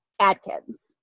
Adkins